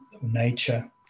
nature